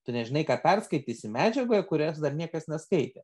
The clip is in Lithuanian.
tu nežinai ką perskaitysi medžiagoje kurios dar niekas neskaitė